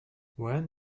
when